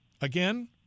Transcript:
again